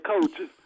coaches